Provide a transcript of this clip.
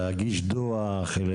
להגיש דוח?